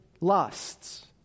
lusts